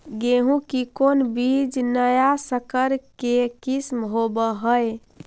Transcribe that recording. गेहू की कोन बीज नया सकर के किस्म होब हय?